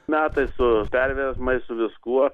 metai su perversmais su viskuo